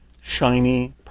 shiny